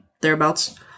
thereabouts